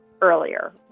earlier